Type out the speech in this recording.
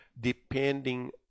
depending